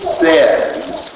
says